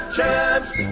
Champs